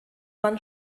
man